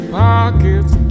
pockets